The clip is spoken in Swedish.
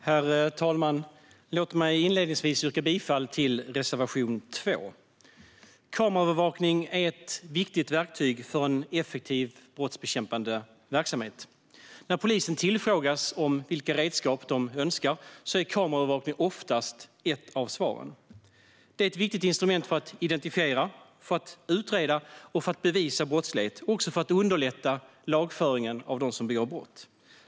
Herr talman! Låt mig inledningsvis yrka bifall till reservation 2. Kameraövervakning är ett viktigt verktyg för en effektiv brottsbekämpande verksamhet. När polisen tillfrågas om vilka redskap de önskar är kameraövervakning oftast ett av svaren. Det är ett viktigt instrument för att identifiera, utreda och bevisa brottslighet och för att underlätta lagföring av dem som begår brott.